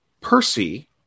Percy